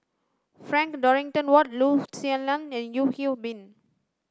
Frank Dorrington Ward Loo Zihan and Yeo Hwee Bin